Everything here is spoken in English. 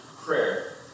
prayer